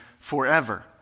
forever